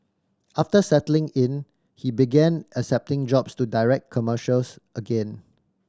after settling in he began accepting jobs to direct commercials again